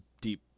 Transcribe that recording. deep